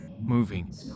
moving